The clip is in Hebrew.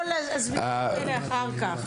כל ההסברים נשאיר לאחר כך.